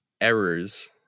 errors